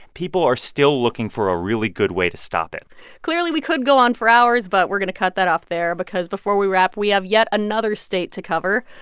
people are still looking for a really good way to stop it clearly, we could go on for hours, but we're going to cut that off there because before we wrap, we have yet another state to cover,